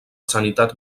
sanitat